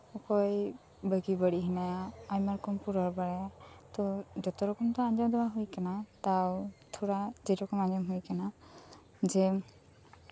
ᱚᱠᱚᱭ ᱵᱷᱟᱜᱮ ᱵᱟᱲᱤᱡ ᱦᱮᱱᱟᱭᱟ ᱟᱭᱢᱟ ᱨᱚᱠᱚᱢ ᱠᱚ ᱨᱚᱲ ᱵᱟᱲᱟᱭᱟ ᱛᱚ ᱡᱷᱚᱛᱚ ᱨᱚᱠᱚᱢ ᱫᱚ ᱟᱸᱡᱚᱢ ᱵᱟᱝ ᱦᱳᱭ ᱟᱠᱟᱱᱟ ᱛᱟᱣ ᱛᱷᱚᱲᱟ ᱡᱮ ᱨᱚᱠᱚᱢ ᱟᱸᱡᱚᱢ ᱦᱳᱭ ᱟᱠᱟᱱᱟ ᱡᱮ